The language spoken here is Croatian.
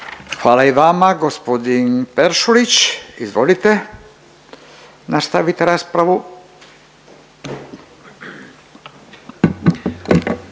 Hvala i vama. Gospodin Peršurić, izvolite. Nastavite raspravu.